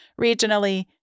regionally